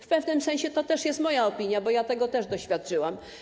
W pewnym sensie to też jest moja opinia, bo ja też tego doświadczyłam.